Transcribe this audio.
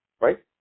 right